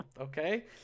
Okay